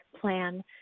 plan